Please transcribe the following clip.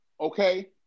okay